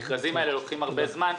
המכרזים האלה לוקחים הרבה זמן,